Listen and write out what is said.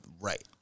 right